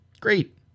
great